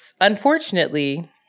Unfortunately